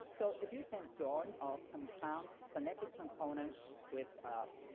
so if you can join or compound phonetic components with